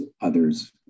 others